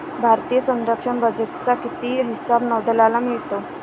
भारतीय संरक्षण बजेटचा किती हिस्सा नौदलाला मिळतो?